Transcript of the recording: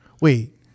Wait